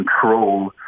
control